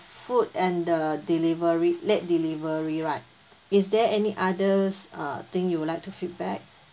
food and the delivery late delivery right is there any others uh thing you would like to feedback